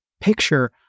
picture